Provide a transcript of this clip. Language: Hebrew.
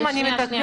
אני עד